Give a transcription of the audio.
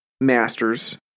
masters